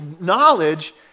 knowledge